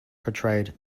portrayed